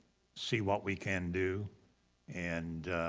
see what we can do and